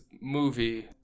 movie